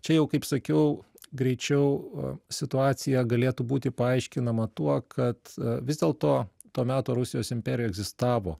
čia jau kaip sakiau greičiau situacija galėtų būti paaiškinama tuo kad vis dėlto to meto rusijos imperija egzistavo